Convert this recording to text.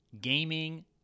Gaming